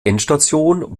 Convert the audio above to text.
endstation